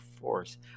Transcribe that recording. force